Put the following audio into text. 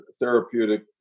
therapeutic